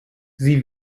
sie